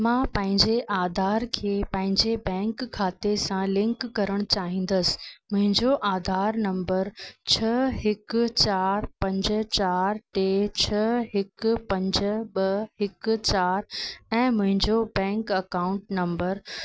मां पंहिंजे आधार खे पंहिंजे बैंक खाते सां लिंक करणु चाहींदसि मुंहिंजो आधार नंबर छह हिकु चार पंज चार टे छ्ह हिकु पंज ॿ हिकु चार ऐं मुंहिंजो बैंक अकाऊंट नम्बर